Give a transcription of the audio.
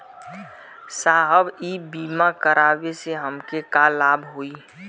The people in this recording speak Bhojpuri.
साहब इ बीमा करावे से हमके का लाभ होई?